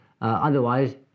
Otherwise